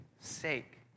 sake